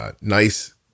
nice